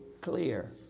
clear